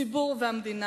הציבור והמדינה.